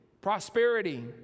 prosperity